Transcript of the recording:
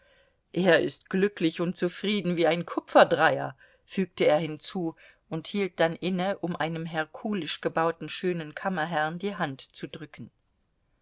er ist glücklich und zufrieden wie ein kupferdreier fügte er hinzu und hielt dann inne um einem herkulisch gebauten schönen kammerherrn die hand zu drücken